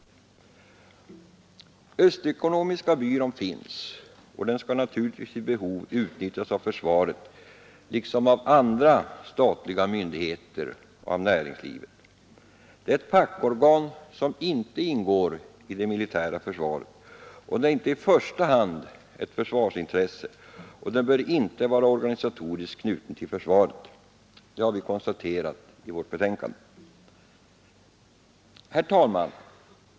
Öst Ekonomiska Byrån finns, och den skall naturligtvis vid behov utnyttjas av försvaret lika väl som av andra statliga myndigheter och av näringslivet. Den är ett fackorgan som inte ingår i det militära försvaret, den är inte i första hand ett försvarsintresse och den bör inte vara organisatoriskt knuten till försvaret. Det har vi konstaterat i vårt betänkande. Herr talman!